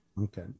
Okay